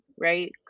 right